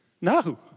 No